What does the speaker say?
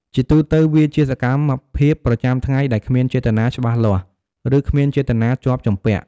ជាទូទៅ វាជាសកម្មភាពប្រចាំថ្ងៃដែលគ្មានចេតនាច្បាស់លាស់ ឬគ្មានចេតនាជាប់ជំពាក់។